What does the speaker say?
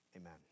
Amen